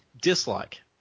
Dislike